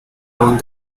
around